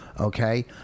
okay